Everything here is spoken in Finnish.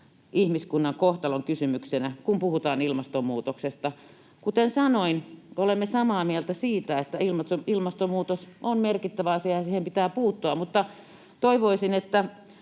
ihmiskunnan kohtalonkysymyksenä, kun puhutaan ilmastonmuutoksesta. Kuten sanoin, olemme samaa mieltä siitä, että ilmastonmuutos on merkittävä asia ja siihen pitää puuttua, mutta toivoisin, että